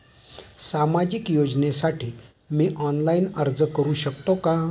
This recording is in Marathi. सामाजिक योजनेसाठी मी ऑनलाइन अर्ज करू शकतो का?